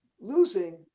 losing